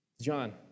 John